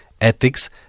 ethics